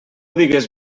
digues